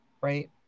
right